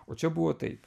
o čia buvo taip